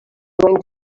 going